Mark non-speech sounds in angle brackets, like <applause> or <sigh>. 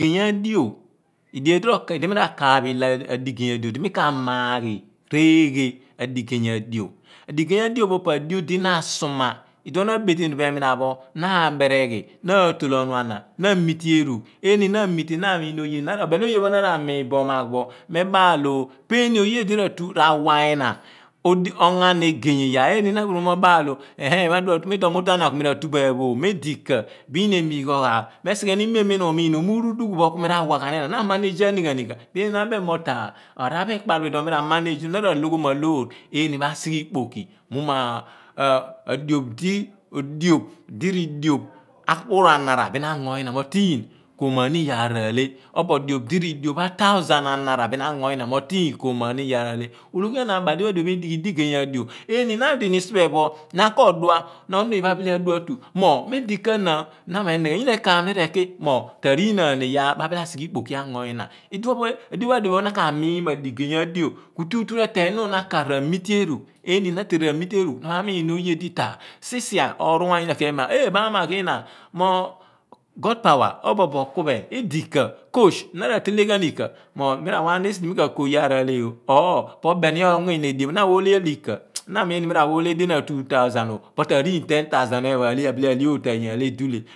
Digey adio, odiedimi rakaaph idi ni ka maaghi ihe adigey adio. <unintelligible> A digey a dopho po adio di na a suuma, nabetenubo pah eminapho, na aḇeereghi, na atu ola onuana, na a miete erugh eeni na amiteen bo di na o miin oye, eemi obeeloye pho na amiin bo omaagh pho po eeni oye di ratu ongo ana egeg eeyaar. Iduon na mugh bo mo me baal ooh bin mo ee̱ghee miutuan iina kumi ratuḇo ephen phoo. Medikah bin nyna emiigh bo oghaaph pho mo̱ esighe ni mee̱m mi nyina umiin-ooh. Miuru duleh pho, kumi rawaghan yina. Na ra manage a̱ ni̱ ghan icah? Eeni bin na mabeem mo taah emooghn, idi araaraar edighioo ekpaar bo iduoopho eeni na raloghoma loo̱r masighe ikpok moogh mo <hesitation> adiop di ridiop akpuru a nara bin ango inṉa mo tieen koomaani iyaar a leeh. O̱bo̱ diop dire diop a thousan nara bin ango nyina mo tii̱n koom ma ni iyaar bin aleh. Odoghi a na abaal mo adio pho adiphe edighi diigey adio eeni na odini siphe pho na koodua, onoo̱n oye mabile a tu mo moopho me dikah now? Na menighe ni, nyina ekaaph ni rekih mooh tua riin na mi iyaar mabele asighe ikpoki ango nyina iduopho na kah mieeni mo adio pho adiphe pho ma digey a dio kututu eteeyn nuugh na akaar r' amiteeh erugh na a teehe namiteeh eruugh na maamiin oye di toah siala or ruwagyuu na koomiin eeẖ maamagh lina godpower obobo keuphee edikah? Kooch na ra teleghan ikah? Mirawah ghan esidi mi ka koo iyaar aleehoo. O̱o̱ho̱ po beni ongo nye na edien pho, nar awa ooleh elohika? <unintelligible> na a minni, mirawa ooleh eloh a two thousand ooh- tuaarriin ten thousand phi pho a leh ḏiroor, aleh ootaany a liom duleeh.